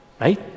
right